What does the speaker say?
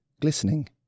glistening